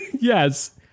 Yes